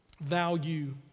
value